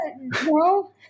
No